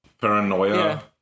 paranoia